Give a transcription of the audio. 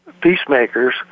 peacemakers